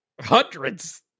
Hundreds